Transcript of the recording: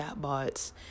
chatbots